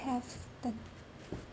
have the